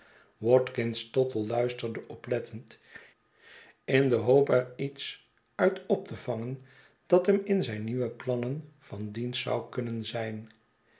watkins tottle luisterde oplettend in de hoop er iets uit op te vangen dat hem in zijn nieuwe plannen van dienst zou kunnen zijn